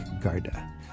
Garda